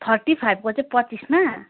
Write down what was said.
thirty फाइभको चाहिँ पच्चिसमा